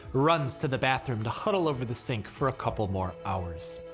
runs to the bathroom to huddle over the sink for a couple more hours.